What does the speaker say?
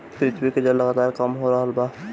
पृथ्वी के जल लगातार कम हो रहल बा